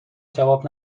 جواب